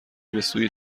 بسوی